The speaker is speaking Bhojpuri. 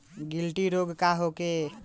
गिलटी रोग का होखे?